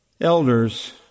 elders